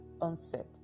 onset